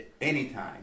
anytime